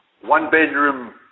one-bedroom